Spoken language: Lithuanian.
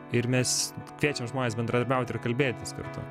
ir mes kviečiam žmones bendradarbiaut ir kalbėtis kartu